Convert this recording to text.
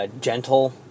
gentle